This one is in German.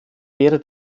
wäre